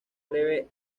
breve